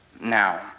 Now